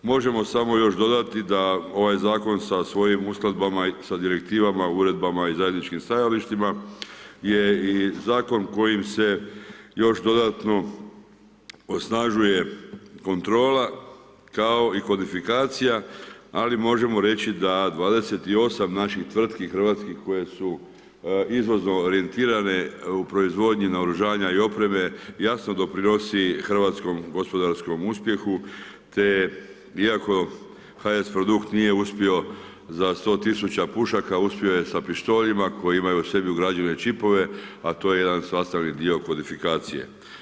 Možemo samo još dodati da ovaj zakon sa svojim uskladbama, sa direktivama, uredbama i zajedničkim stajalištima, je i zakon kojim se još dodatno osnažuje kontrola kao i kodifikacija, ali možemo reći da 28 naših tvrtki hrvatskih koje su izvozom orijentirane u proizvodnji naoružanja i opreme, jasno doprinosi hrvatskom gospodarskom uspjehu da iako HS produkt nije uspio za 100 tisuća pušaka, uspio je sa pištoljima, koji imaju u sebi ugrađene čipove, a to je jedan sastavni dio kvalifikacije.